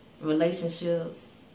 relationships